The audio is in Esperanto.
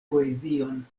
poezion